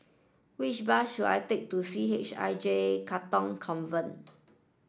which bus should I take to C H I J Katong Convent